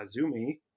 Azumi